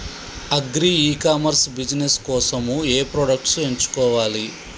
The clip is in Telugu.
అగ్రి ఇ కామర్స్ బిజినెస్ కోసము ఏ ప్రొడక్ట్స్ ఎంచుకోవాలి?